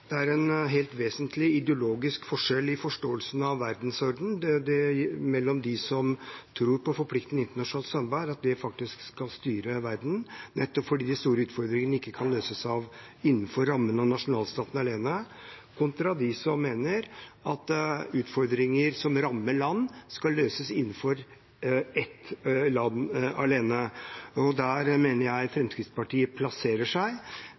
Det er en helt vesentlig ideologisk forskjell i forståelsen av verdensordenen mellom de som tror på forpliktende internasjonalt samarbeid – at det faktisk skal styre verden, nettopp fordi de store utfordringene ikke kan løses innenfor rammen av nasjonalstaten alene – og de som mener at utfordringer som rammer land, skal løses innenfor ett land alene. Og der mener jeg Fremskrittspartiet plasserer seg.